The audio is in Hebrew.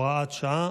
(הוראת שעה,